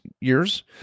years